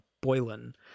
Boylan